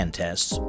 tests